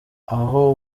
aho